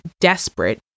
desperate